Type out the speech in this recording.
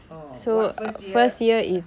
oh so what first year